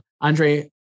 Andre